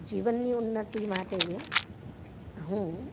જીવનની ઉન્નતિ માટે હું